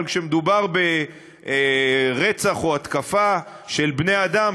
אבל כשמדובר ברצח או התקפה של בני-אדם,